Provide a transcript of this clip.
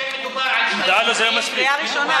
כאשר מדובר על שני נוסחים,